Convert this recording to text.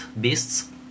beasts